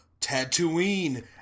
Tatooine